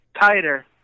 tighter